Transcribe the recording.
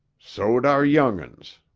so'd our young'uns,